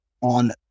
on